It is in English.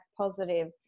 positive